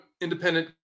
independent